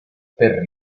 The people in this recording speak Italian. per